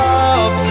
up